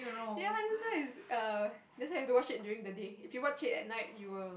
ya that's why it's err that's why you do watch it during the day if you watch it at night you will